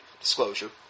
disclosure